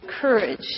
courage